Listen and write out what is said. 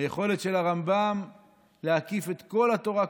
היכולת של הרמב"ם להקיף את כל התורה כולה,